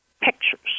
pictures